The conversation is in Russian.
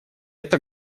эта